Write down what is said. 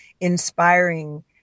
inspiring